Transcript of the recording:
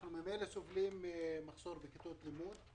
אנחנו ממילא סובלים ממחסור בכיתות לימוד,